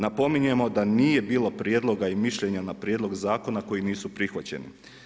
Napominjemo da nije bilo prijedloga i mišljenja na prijedlog zakona koji nisu prihvaćeni.